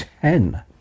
ten